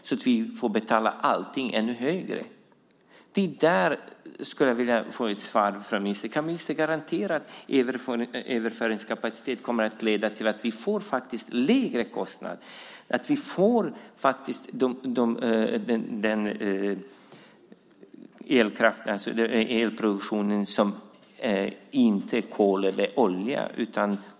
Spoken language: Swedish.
Då får vi betala ännu högre priser. Där vill jag få ett svar från ministern. Kan ministern garantera att överföringskapaciteten kommer att leda till att vi faktiskt får lägre kostnad, att det blir en elproduktion som inte är baserad på kol eller olja?